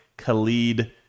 Khalid